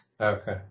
Okay